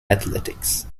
athletics